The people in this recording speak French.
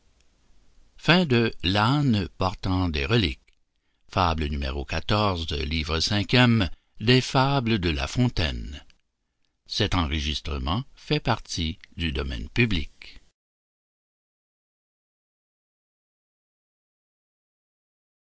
of fables de la fontaine